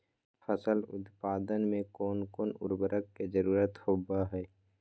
फसल उत्पादन में कोन कोन उर्वरक के जरुरत होवय हैय?